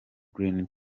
green